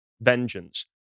vengeance